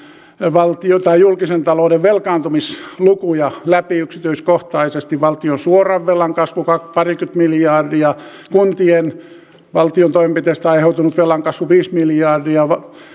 julkisen talouden velkaantumislukuja läpi yksityiskohtaisesti valtion suoran velan kasvu kasvu parikymmentä miljardia kuntien valtion toimenpiteistä aiheutunut velan kasvu viisi miljardia